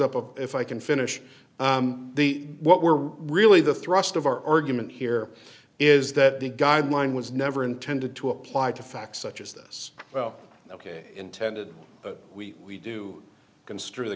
of if i can finish the what were really the thrust of our argument here is that the guideline was never intended to apply to facts such as this well ok intended but we we do construe the